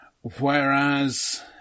Whereas